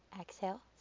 Exhale